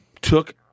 took